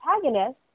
protagonist